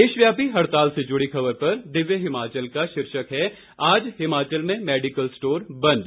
देशव्यापी हड़ताल से जुड़ी खबर पर दिव्य हिमाचल का शीर्षक है आज हिमाचल में मेडिकल स्टोर बंद